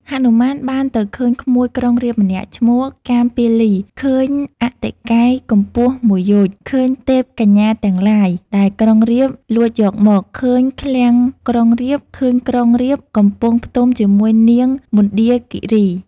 ហនុមានបានទៅឃើញក្មួយក្រុងរាពណ៍ម្នាក់ ឈ្មោះ កាមពាលី ឃើញអតិកាយកម្ពស់មួយយោជន៍ ឃើញទេពកញ្ញាទាំងឡាយ ដែលក្រុងរាពណ៌លួចយកមក ឃើញឃ្លាំងក្រុងរាពណ៍ ឃើញក្រុងរាពណ៍កំពុងផ្ទុំជាមួយនាងមណ្ឌាគីរី។